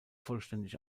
vollständig